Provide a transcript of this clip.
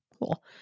Cool